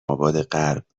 آبادغرب